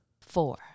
Four